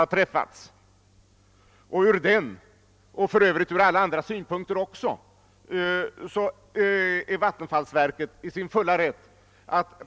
Jag håller med om detta, men frågan är: Hur länge till kan vi räkna med att bara ha den billiga vattenkraften?